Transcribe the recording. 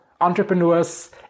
entrepreneurs